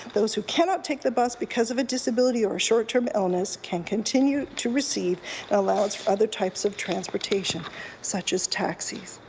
those who can not take the bus because of a disability or short term illness can continue to receive allowance for other types of transportation such as taxi.